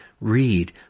Read